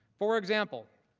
for example,